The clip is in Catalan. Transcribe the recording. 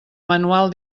manual